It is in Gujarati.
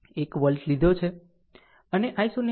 1 વોલ્ટ લીધો છે અને i0 6